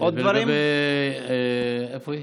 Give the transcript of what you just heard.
לגבי, איפה היא?